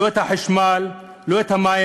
לא את החשמל, לא את המים.